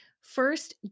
First